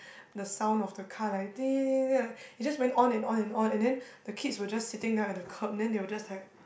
the sound of the car like ding ding ding it just went on and on and on and then the kids were just sitting down at the curb then they were just like